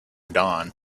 dawn